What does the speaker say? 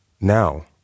Now